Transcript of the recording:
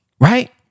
Right